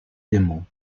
démos